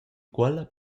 quella